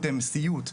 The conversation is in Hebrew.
תחשבו איזה סיפור זה,